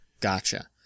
Gotcha